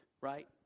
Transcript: right